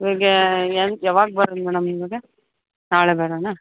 ಇವಾಗ ಯಾವಾಗ ಬರೋದು ಮೇಡಮ್ ಇವಾಗ ನಾಳೆ ಬರೋಣಾ